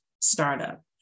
startup